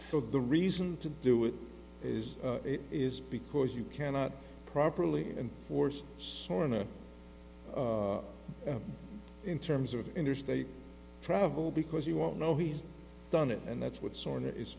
t the reason to do it is it is because you cannot properly and force in terms of interstate travel because you won't know he's done it and that's what sort of i